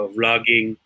vlogging